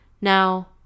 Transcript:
Now